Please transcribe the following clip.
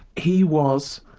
he was